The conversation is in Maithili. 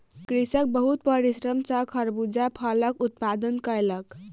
कृषक बहुत परिश्रम सॅ खरबूजा फलक उत्पादन कयलक